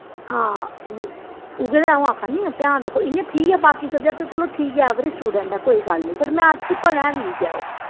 हां उ उ'ऐ ते अ'ऊं आक्खा निं ध्यान रक्खो इ'यां ठीक ऐ बाकी सब्जैक्ट चलो ठीक ऐ ऐवरेज स्टूडैंट ऐ कोई गल्ल निं पर मैथ च भलेआं वीक ऐ ओह्